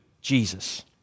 Jesus